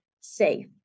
safe